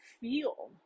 feel